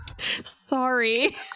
sorry